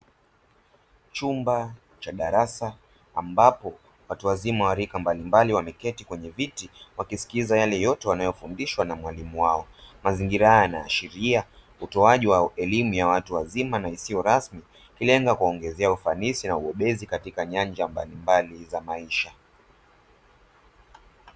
Chumba cha darasa, ambapo watu wazima wa rika mbalimbali wameketi kwenye viti, wakisikiliza yale yote wanayofundishwa na mwalimu wao; mazingira haya yanaashiria utoaji wa elimu ya watu wazima na isiyo rasmi, ikilenga kuwaongezea ufanisi na uongozi katika nyanja mbalimbali za maisha.